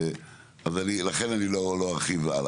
אז אני לכן אני לא ארחיב הלאה,